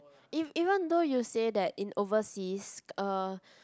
if even though you say that in overseas uh